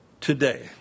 Today